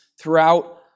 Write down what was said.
throughout